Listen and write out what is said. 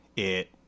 it,